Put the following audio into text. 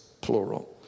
plural